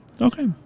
Okay